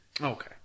Okay